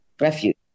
Refuge